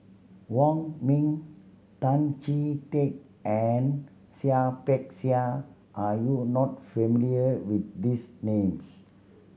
Wong Ming Tan Chee Teck and Seah Peck Seah are you not familiar with these names